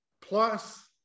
plus